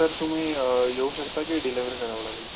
sir तुम्ही येऊ शकता की डिलेवरी करावं लागेल